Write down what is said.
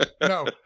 No